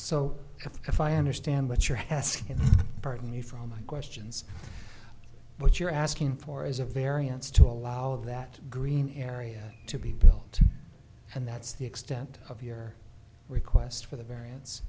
so if i understand what you're asking pardon me from my questions what you're asking for is a variance to allow that green area to be built and that's the extent of your request for the varian